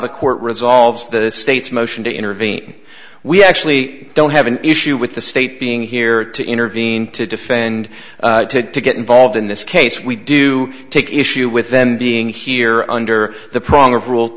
the court resolves the state's motion to intervene we actually don't have an issue with the state being here to intervene to defend to to get involved in this case we do take issue with them being here under the prong of rule